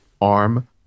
arm